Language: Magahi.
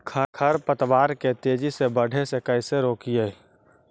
खर पतवार के तेजी से बढ़े से कैसे रोकिअइ?